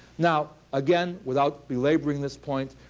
now again, without belaboring this point,